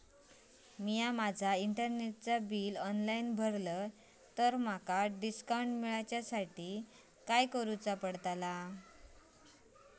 मी माजा इंटरनेटचा bill online भरला तर माका डिस्काउंट मिलाच्या खातीर काय करुचा?